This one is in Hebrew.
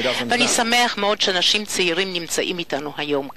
ואני שמח מאוד שאנשים צעירים נמצאים אתנו היום כאן.